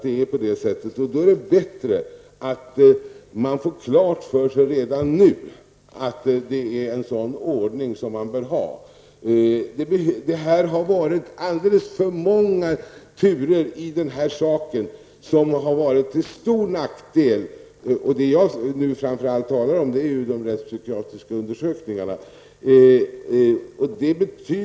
Då är det bättre att man redan nu får klart för sig att det är den ordning som man bör ha. Det har varit alldeles för många turer i denna fråga, som har varit till stor nackdel. Det jag nu framför allt talar om är de rättspsykiatriska undersökningarna.